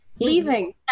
Leaving